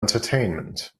entertainment